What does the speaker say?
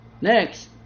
Next